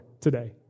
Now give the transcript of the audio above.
today